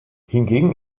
hingegen